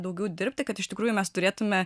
daugiau dirbti kad iš tikrųjų mes turėtume